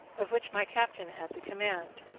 of which my captain had the command.